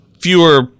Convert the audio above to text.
fewer